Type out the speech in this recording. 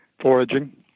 foraging